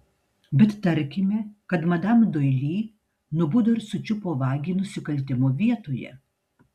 bet tarkime kad madam doili nubudo ir sučiupo vagį nusikaltimo vietoje